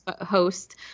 host